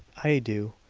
i do.